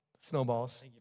snowballs